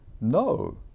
No